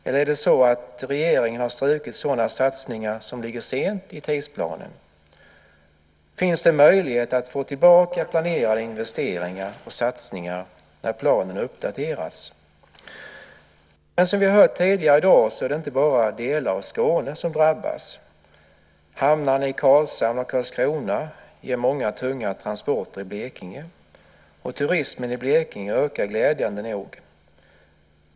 Eller har regeringens strukit sådana satsningar som ligger sent i tidsplanen? Finns det möjlighet att få tillbaka planerade investeringar och satsningar när planen uppdateras? Som vi har hört tidigare i dag är det inte bara delar av Skåne som drabbas. Hamnarna i Karlshamn och Karlskrona ger många tunga transporter i Blekinge. Turismen i Blekinge ökar glädjande nog.